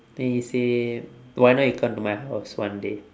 then he say why not you come to my house one day